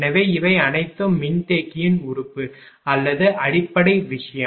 எனவே இவை அனைத்தும் மின்தேக்கி உறுப்பு அல்லது அடிப்படை விஷயம்